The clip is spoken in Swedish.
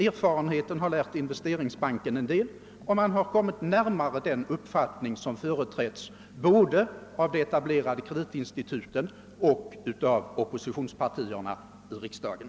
Erfarenheten har lärt Investeringsbanken en del, och man har kommit närmare den uppfattning som företrätts både av de etablerade kreditinstituten och av oppositionspartierna i riksdagen.